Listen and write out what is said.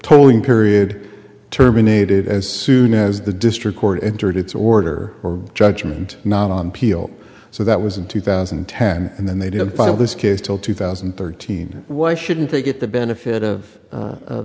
tolling period terminated as soon as the district court entered its order or judgment not on peale so that was in two thousand and ten and then they didn't file this case till two thousand and thirteen why shouldn't they get the benefit of